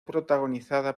protagonizada